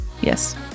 Yes